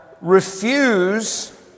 refuse